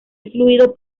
influido